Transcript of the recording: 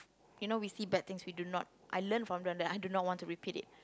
you know we see bad things we do not I learn from them I do not want to repeat it